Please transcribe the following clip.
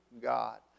God